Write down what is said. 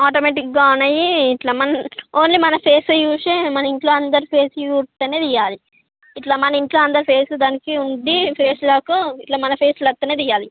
ఆటోమేటిక్గా ఆన్ అయ్యి ఇలా మన ఓన్లీ మన ఫేస్ చూసే మన ఇంట్లో అందరి ఫేస్ చూస్తేనే తియ్యాలి ఇలా మన ఇంట్లో అందరి ఫేస్ దానికి ఉండి ఫేస్ లాక్ ఇలా మన ఫేస్లో వస్తేనే తియ్యాలి